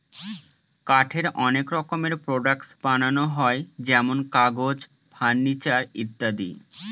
কাঠের অনেক রকমের প্রডাক্টস বানানো হয় যেমন কাগজ, ফার্নিচার ইত্যাদি